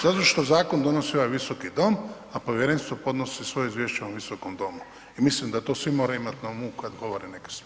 Zato što zakon donosi ovaj visoki dom, a Povjerenstvo podnosi svoje izvješće ovom visokom domu i mislim da to svi moraju imati na umu kada govore neke stvari.